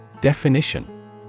Definition